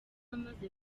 amaze